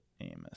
Amos